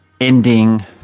ending